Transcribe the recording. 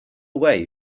way